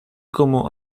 como